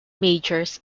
majors